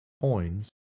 coins